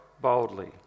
boldly